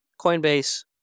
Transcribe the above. Coinbase